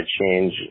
change